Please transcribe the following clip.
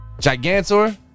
Gigantor